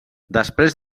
després